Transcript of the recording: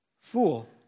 Fool